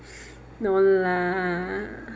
no lah